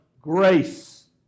grace